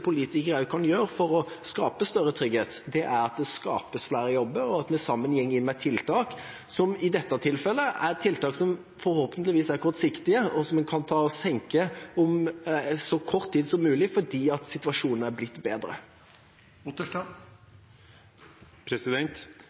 skapes flere jobber, og at vi sammen går inn med tiltak som i dette tilfellet er tiltak som forhåpentligvis er kortsiktige, og som en kan senke om så kort tid som mulig fordi situasjonen er blitt bedre.